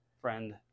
friend